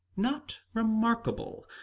not remarkable.